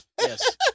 yes